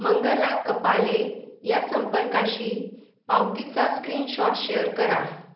मंगला कपाले या संपर्काशी पावतीचा स्क्रिनशॉट शेअर करा